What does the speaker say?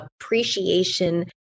appreciation